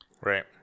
right